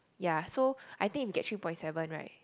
ya so I think you get three point seven right